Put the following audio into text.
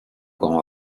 grand